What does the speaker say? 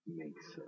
makes